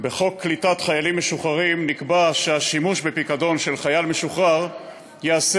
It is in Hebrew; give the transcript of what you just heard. בחוק קליטת חיילים משוחררים נקבע שהשימוש בפיקדון של חייל משוחרר ייעשה